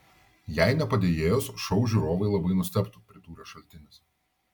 jei ne padėjėjos šou žiūrovai labai nustebtų pridūrė šaltinis